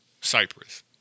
cyprus